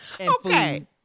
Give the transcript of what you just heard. okay